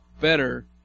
better